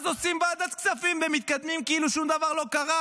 אז עושים ועדת כספים ומתקדמים כאילו שום דבר לא קרה,